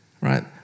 right